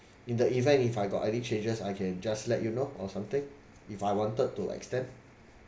in the event if I got any changes I can just let you know or something if I wanted to extend